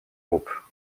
groupe